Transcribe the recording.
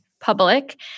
public